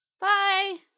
Bye